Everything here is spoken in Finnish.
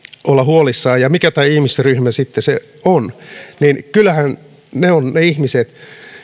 olla huolissamme mikä tämä ihmisryhmä sitten on kyllähän ne ovat ne ihmiset